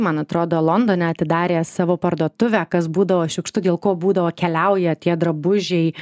man atrodo londone atidarė savo parduotuvę kas būdavo šiukštu dėl ko būdavo keliauja tie drabužiai